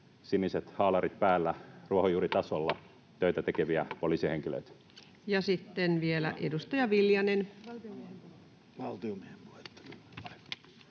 siniset haalarit päällä ruohonjuuritasolla töitä tekeviä poliisihenkilöitä? Ja sitten vielä edustaja Viljanen.